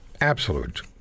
absolute